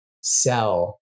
sell